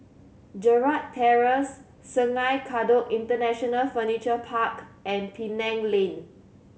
Gerald Terrace Sungei Kadut International Furniture Park and Penang Lane